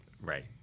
Right